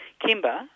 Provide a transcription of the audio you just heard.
kimber